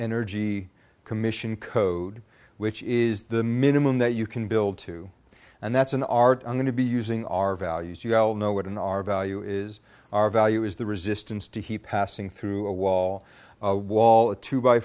energy commission code which is the minimum that you can build to and that's an art i'm going to be using our values you go know what in our value is our value is the resistance to he passing through a wall a wall a two b